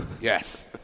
Yes